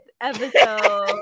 episode